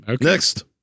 Next